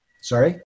sorry